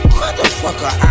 motherfucker